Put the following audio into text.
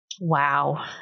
Wow